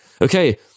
Okay